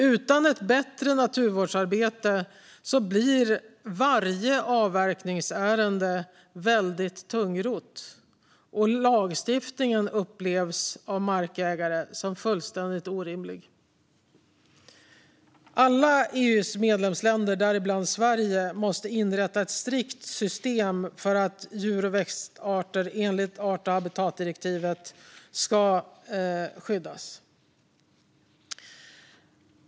Utan ett bättre naturvårdsarbete blir varje avverkningsärende väldigt tungrott, och lagstiftningen upplevs av markägare som fullständigt orimlig. Enligt art och habitatdirektivet måste alla EU:s medlemsländer, däribland Sverige, inrätta ett strikt system för att djur och växtarter ska skyddas.